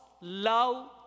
love